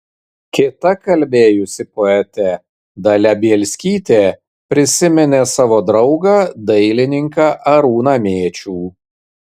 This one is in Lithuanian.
kita kalbėjusi poetė dalia bielskytė prisiminė savo draugą dailininką arūną mėčių